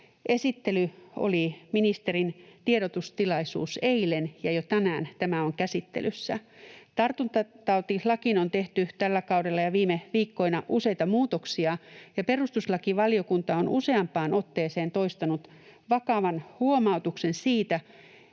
Esittely, ministerin tiedotustilaisuus, oli eilen, ja jo tänään tämä on käsittelyssä. Tartuntatautilakiin on tehty tällä kaudella ja viime viikkoina useita muutoksia, ja perustuslakivaliokunta on useampaan otteeseen toistanut vakavan huomautuksen siitä,